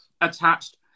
attached